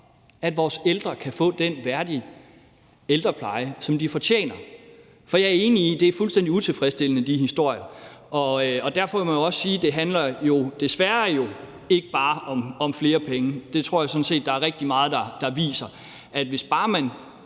at vores ældre kan få den værdige ældrepleje, som de fortjener, for jeg er enig i, at det er fuldstændig utilfredsstillende med de historier. Derfor må jeg også sige, at det jo desværre ikke bare handler om flere penge, og det tror jeg sådan set der er rigtig meget der viser, for hvis bare man